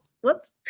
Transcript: whoops